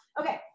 Okay